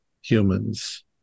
humans